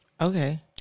Okay